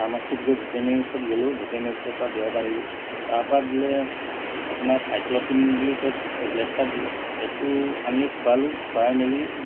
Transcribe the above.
ফাৰ্মাচীত গৈ ভেটেনায়ি ওচৰত গ'লোঁ ভেটেনায়ি ওচৰপৰা দৰব আনিলোঁ তাৰপৰা দিলে আপোনাৰ চাইক্ল'পিন বুলি কয় টেবলেট এটা দিলে এইটো আনি খোৱালোঁ খুৱাই মেলি